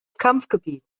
kampfgebiet